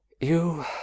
You